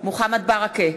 מוחמד ברכה,